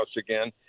again